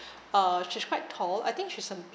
uh she's quite tall I think she's um